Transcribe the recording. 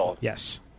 Yes